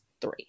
three